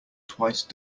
twice